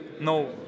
No